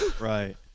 Right